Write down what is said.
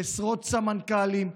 עשרות סמנכ"לים,